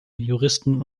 juristen